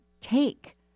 take